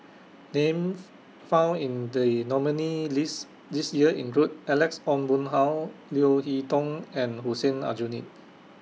Names found in The nominees' list This Year include Alex Ong Boon Hau Leo Hee Tong and Hussein Aljunied